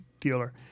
dealer